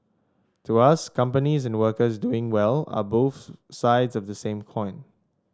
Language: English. to us companies and workers doing well are both sides of the same coin